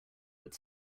but